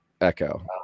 echo